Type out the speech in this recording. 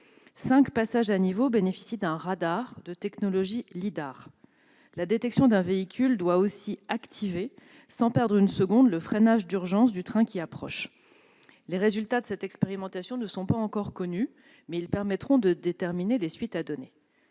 Cinq passages à niveau bénéficient d'un radar de technologie Lidar. La détection d'un véhicule doit aussi activer, sans perdre une seconde, le freinage d'urgence du train qui approche. Les résultats de cette expérimentation ne sont pas encore connus, mais ils permettront de déterminer les suites à donner.